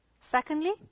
Secondly